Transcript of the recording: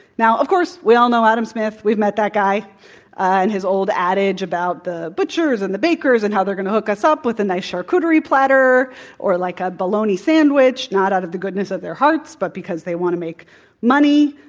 now, of course, we all know adam smith. we've met that guy and his old adage about the butchers and the bakers and how they're going to hook us up with a nice charcuterie platter or like a bologna sandwich not out of the goodness of their hearts but because they want to make money.